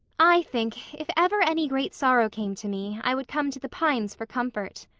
i think, if ever any great sorrow came to me, i would come to the pines for comfort,